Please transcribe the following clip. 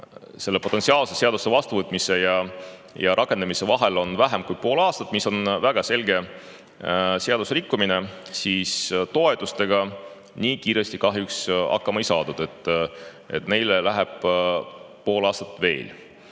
potentsiaalse seaduse vastuvõtmise ja rakendamise vahel on vähem kui pool aastat, mis on väga selge seaduserikkumine –, siis toetustega nii kiiresti kahjuks hakkama ei saadud. Neil läheb pool aastat veel.